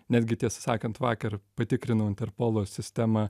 netgi tiesą sakant vakar patikrinau interpolo sistemą